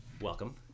Welcome